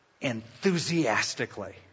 enthusiastically